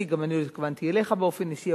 גם אני לא התכוונתי אליך באופן אישי,